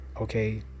Okay